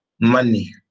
money